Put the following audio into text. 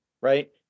right